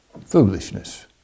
foolishness